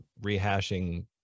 rehashing